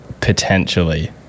Potentially